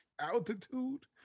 altitude